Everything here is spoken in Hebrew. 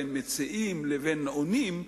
בין מציעים לבין עונים,